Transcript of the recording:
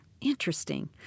Interesting